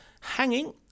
hanging